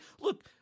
Look